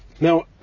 Now